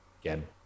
again